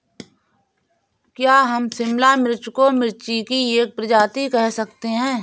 क्या हम शिमला मिर्च को मिर्ची की एक प्रजाति कह सकते हैं?